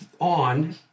on